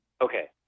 Okay